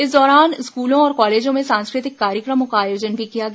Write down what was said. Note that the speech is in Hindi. इस दौरान स्कूलों और कॉलेजों में सांस्कृतिक कार्यक्रमों का आयोजन भी किया गया